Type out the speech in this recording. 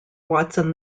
watson